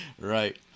Right